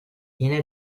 yine